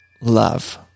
love